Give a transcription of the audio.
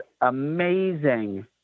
amazing